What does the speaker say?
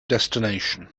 destination